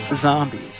Zombies